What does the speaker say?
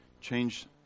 change